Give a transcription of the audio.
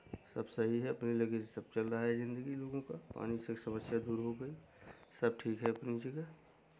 सब सही है अपने लगे सब चल रहा है जिंदगी लोगों का पानी कि सब समस्या दूर हो गई सब ठीक है अपनी जगह